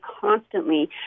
constantly